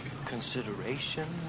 Consideration